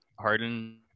Harden